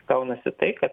gaunasi tai kad